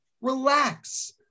Relax